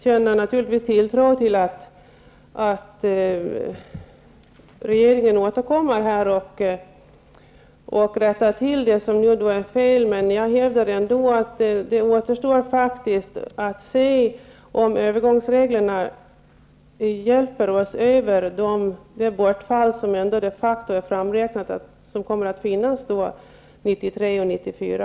Jag har naturligtvis en tilltro till att regeringen återkommer och rättar till det som är fel, men jag hävdar ändå att det faktiskt återstår att se om övergångsreglerna hjälper oss över det bortfall som de facto är framräknat för 1993 och 1994.